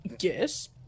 Yes